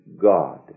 God